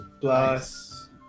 plus